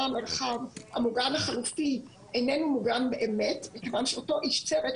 המרחב המוגן החלופי איננו מוגן באמת כיוון שאותו איש צוות,